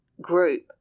group